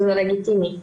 וזה לגיטימי.